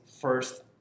first